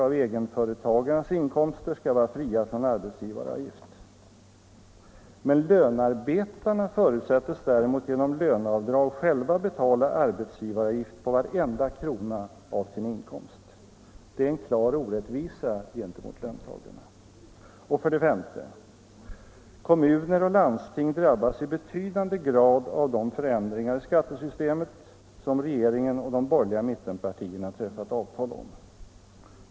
av egenföretagarnas inkomster skall vara fria från arbetsgivaravgift, men lönearbetarna förutsätts däremot genom löneavdrag själva betala arbetsgivaravgift för varenda krona av sin inkomst. Det är en klar orättvisa gentemot löntagarna. För det femte: Kommuner och landsting drabbas i betydande grad av de förändringar av skattesystemet som regeringen och de borgerliga mittpartierna träffat avtal om.